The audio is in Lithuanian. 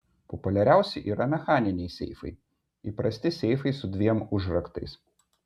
populiariausi yra mechaniniai seifai įprasti seifai su dviem užraktais